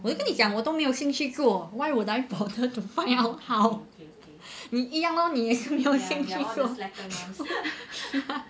我跟你讲我都没有兴趣做 why would I bother to find out how 你一样 lor 你也是没有兴趣做